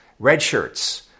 Redshirts